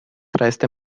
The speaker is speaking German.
dreiste